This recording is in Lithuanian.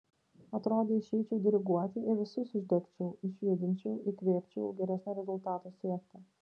atrodė išeičiau diriguoti ir visus uždegčiau išjudinčiau įkvėpčiau geresnio rezultato siekti